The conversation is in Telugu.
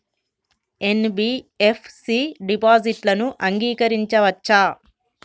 ఎన్.బి.ఎఫ్.సి డిపాజిట్లను అంగీకరించవచ్చా?